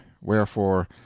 Wherefore